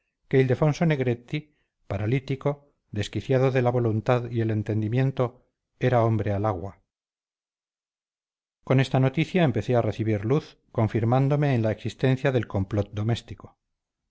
negretti paralítico desquiciado de la voluntad y el entendimiento era hombre al agua con esta noticia empecé a recibir luz confirmándome en la existencia del complot doméstico